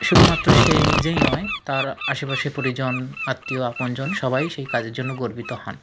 শুধুমাত্র সে নিজেই নয় তার আশেপাশে পরিজন আত্মীয় আপনজন সবাই সেই কাজের জন্য গর্বিত হন